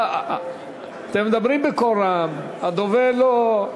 אתם מדברים בקול רם, הדובר לא,